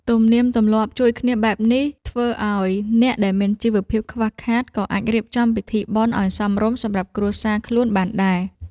ទំនៀមទម្លាប់ជួយគ្នាបែបនេះធ្វើឱ្យអ្នកដែលមានជីវភាពខ្វះខាត ក៏អាចរៀបចំពិធីបុណ្យឱ្យសមរម្យសម្រាប់គ្រួសារខ្លួនបានដែរ។